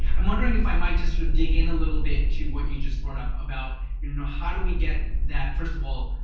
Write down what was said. i'm wondering if i might just sort of dig in a little bit to what you just brought up about ah how do we get that, first of all,